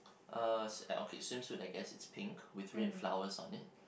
uh s~ okay swimsuit I guess it's pink with red flowers on it